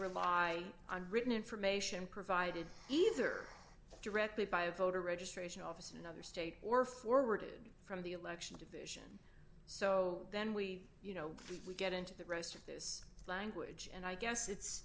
rely on written information provided either directly by a voter registration office another state or forwarded from the election to do so then we you know we get into the rest of this language and i guess it's